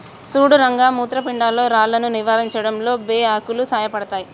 సుడు రంగ మూత్రపిండాల్లో రాళ్లను నివారించడంలో బే ఆకులు సాయపడతాయి